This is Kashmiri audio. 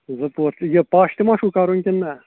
زٕ پور تہٕ یہِ پَش تہِ ما چھُو کَرُن کِنہٕ نہ